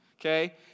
Okay